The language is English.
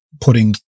putting